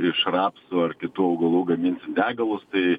iš rapsų ar kitų augalų gaminsim degalus tai